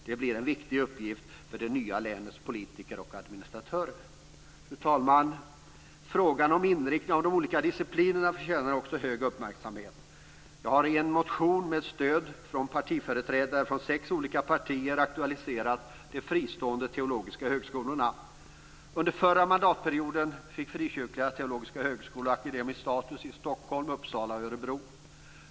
Det blir en viktig uppgift för det nya länets politiker och administratörer. Fru talman! Frågan om inriktning av de olika disciplinerna förtjänar också hög uppmärksamhet. Jag har i en motion med stöd från företrädare för sex olika partier aktualiserat de fristående teologiska högskolorna. Under förra mandatperioden fick frikyrkliga teologiska högskolor akademisk status i Stockholm, Uppsala och Örebro.